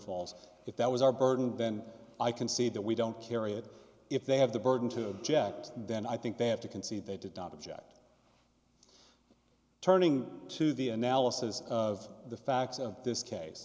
falls if that was our burden then i concede that we don't carry it if they have the burden to object then i think they have to concede they did not object turning to the analysis of the facts of this case